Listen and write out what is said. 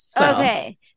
okay